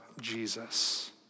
Jesus